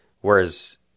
Whereas